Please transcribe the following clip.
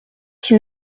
qui